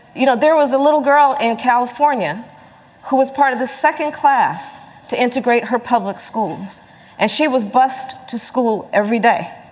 you know, there was a little girl in california who was part of the second class to integrate her public schools as she was bused to school every day.